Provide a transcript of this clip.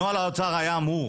נוהל האוצר היה אמור